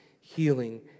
healing